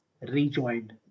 rejoined